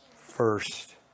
first